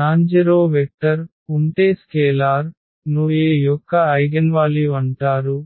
non-zero vector ఉంటే స్కేలార్ను A యొక్క ఐగెన్వాల్యు అంటారు